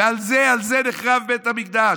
ועל זה, על זה נחרב בית המקדש.